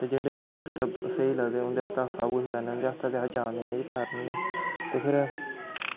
ते जेह्ड़े साढ़े आस्तै स्हेई लगदे ते उं'दे आस्तै अस सब कुछ करने उं'दै आस्तै अस जान देने गी बी त्यार होन्ने ते फिर